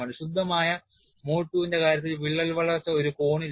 ശുദ്ധമായ mode II ന്റെ കാര്യത്തിൽ വിള്ളൽ വളർച്ച ഒരു കോണിലാണ്